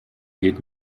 geht